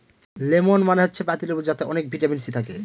lemon মানে হচ্ছে পাতি লেবু যাতে অনেক ভিটামিন সি থাকে